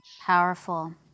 Powerful